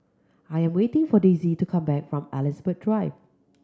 I am waiting for Daisy to come back from Elizabeth Drive